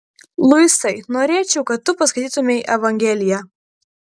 luisai norėčiau kad tu paskaitytumei evangeliją